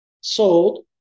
Sold